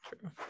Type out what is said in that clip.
True